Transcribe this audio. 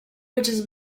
ridges